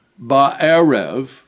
ba'erev